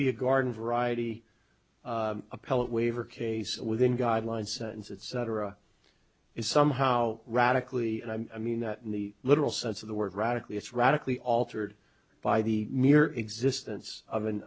be a garden variety appellate waiver case within guidelines that cetera is somehow radically and i mean that in the literal sense of the word radically it's radically altered by the mere existence of an